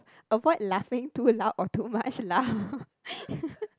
avoid laughing too loud or too much lah